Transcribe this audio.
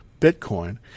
Bitcoin